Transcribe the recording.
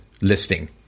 listing